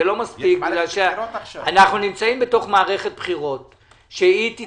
זה לא מספיק בגלל שאנחנו נמצאים בתוך מערכת בחירות שתתקיים,